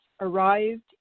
arrived